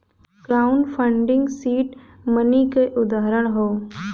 crowd funding seed money क उदाहरण हौ